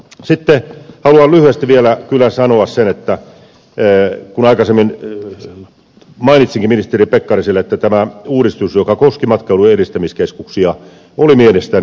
sitten haluan lyhyesti vielä kyllä sanoa sen aikaisemmin mainitsinkin ministeri pekkariselle että tämä uudistus joka koski matkailun edistämiskeskusta oli mielestäni virhe